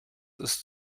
ist